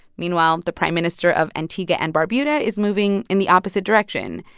meanwhile, the prime minister of antigua and barbuda is moving in the opposite direction.